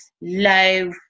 low